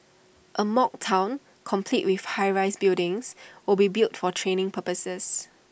A mock Town complete with high rise buildings will be built for training purposes